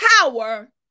power